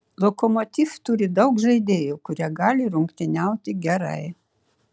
lokomotiv turi daug žaidėjų kurie gali rungtyniauti gerai